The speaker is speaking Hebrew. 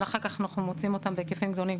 אחר כך אנחנו מוצאים אותם בהיקפים גדולים,